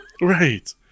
Right